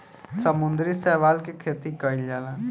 समुद्री शैवाल के खेती कईल जाला